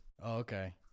okay